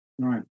right